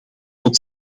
tot